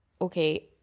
okay